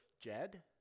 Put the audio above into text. Jed